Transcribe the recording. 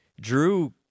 Drew